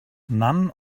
none